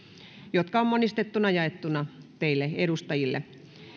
jotka on monistettuina jaettu edustajille